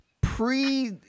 pre